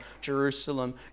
Jerusalem